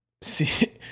see